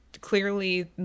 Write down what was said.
clearly